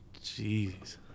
Jeez